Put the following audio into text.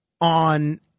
on